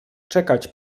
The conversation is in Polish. czekać